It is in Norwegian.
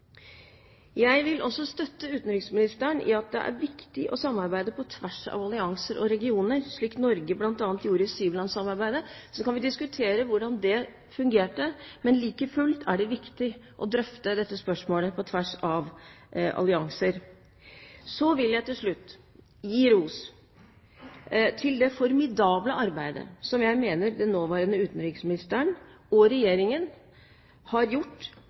Jeg vil også støtte utenriksministeren i at det er viktig å samarbeide på tvers av allianser og regioner, slik Norge bl.a. gjorde i sjulandssamarbeidet. Så kan vi diskutere hvordan det fungerte, men like fullt er det viktig å drøfte dette spørsmålet på tvers av allianser. Til slutt vil jeg gi ros for det formidable arbeidet som jeg mener den nåværende utenriksministeren og Regjeringen har gjort